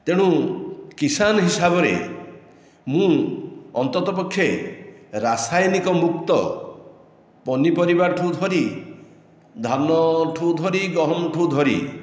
ତେଣୁ କିଷାନ ହିସାବରେ ମୁଁ ଅନ୍ତତଃ ପକ୍ଷେ ରାସାୟନିକ ମୁକ୍ତ ପନିପରିବାଠୁ ଧରି ଧାନଠାରୁ ଧରି ଗହମଠାରୁ ଧରି